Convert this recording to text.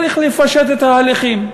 צריך לפשט את ההליכים.